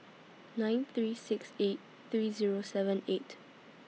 nine three six eight three Zero seven eight